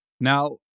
Now